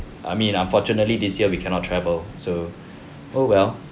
I mean unfortunately this year we cannot travel so oh well